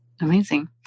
Amazing